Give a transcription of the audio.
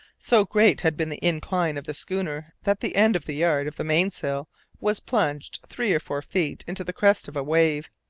so great had been the incline of the schooner that the end of the yard of the mainsail was plunged three or four feet into the crest of a wave.